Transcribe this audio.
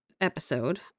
episode